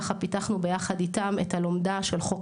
ככה פיתחנו ביחד איתם את הלומדה של חוק